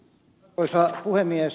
arvoisa puhemies